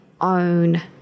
own